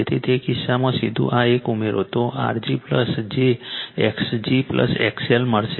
તેથી તે કિસ્સામાં સીધું આ એક ઉમેરો તો R g j X g XL મળશે